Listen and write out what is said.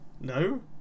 No